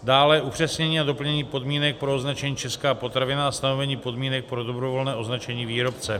Dále upřesnění a doplnění podmínek pro označení česká potravina a stanovení podmínek pro dobrovolné označení výrobce.